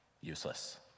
useless